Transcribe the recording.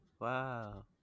Wow